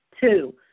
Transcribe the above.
Two